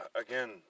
Again